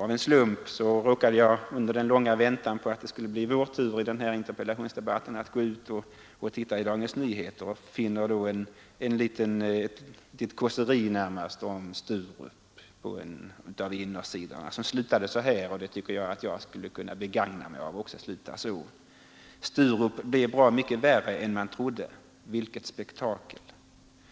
Av en slump råkade jag, under den långa väntan på att det skulle bli min tur att gå upp i den här debatten, på en av innersidorna i Dagens Nyheter få se ett kåseri om Sturup som slutade så här: ”Sturup blev bra mycket värre än man trodde. Vilket spektakel!